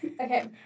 Okay